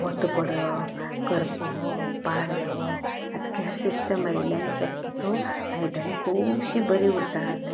बोथो पडप करपवप पाड जावप आता गॅस सिस्टम आयिल्ल्यान शक्यतो आयदनां खूबशीं बरीं उरतात